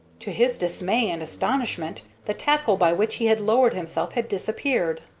to his dismay and astonishment the tackle by which he had lowered himself had disappeared.